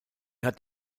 hat